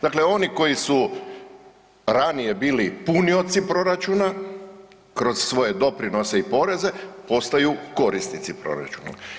Dakle, oni koji su ranije bili punioci proračuna kroz svoje doprinose i poreze postaju korisnici proračuna.